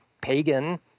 pagan